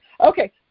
Okay